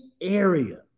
area